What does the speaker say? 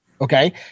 Okay